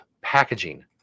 packaging